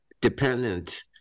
dependent